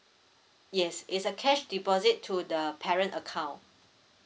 yes it's a cash deposit to the parent account